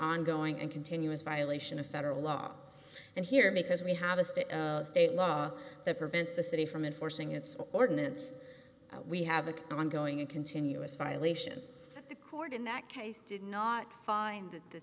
ongoing and continuous violation of federal law and here because we have a state state law that prevents the city from enforcing its ordinance we have a ongoing and continuous violation that the court in that case did not find that the